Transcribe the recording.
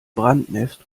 brandnest